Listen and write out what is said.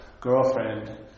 girlfriend